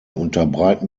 unterbreiten